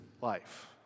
life